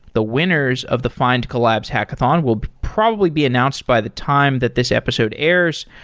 the winners of the findcolalbs hackathon will probably be announced by the time that this episode airs.